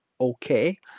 okay